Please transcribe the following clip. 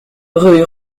rue